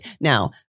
Now